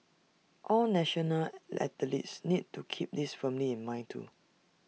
all national athletes need to keep this firmly in mind too